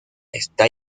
está